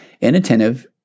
inattentive